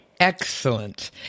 Excellent